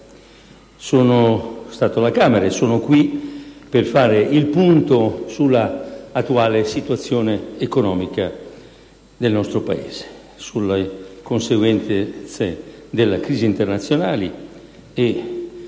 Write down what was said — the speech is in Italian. Sono stato alla Camera e sono qui per fare il punto sulla attuale situazione economica del nostro Paese, sulle conseguenze della crisi internazionale e